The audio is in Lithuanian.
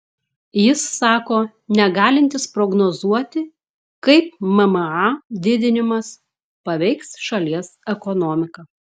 jis sako negalintis prognozuoti kaip mma didinimas paveiks šalies ekonomiką